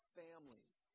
families